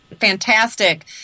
Fantastic